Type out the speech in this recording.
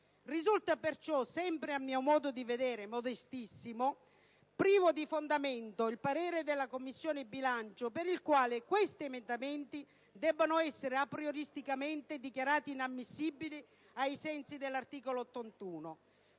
Risulta perciò, sempre a mio modestissimo modo di vedere, privo di fondamento il parere della Commissione bilancio per il quale questi emendamenti debbono essere aprioristicamente dichiarati improcedibili ai sensi dell'articolo 81